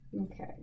Okay